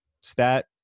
stat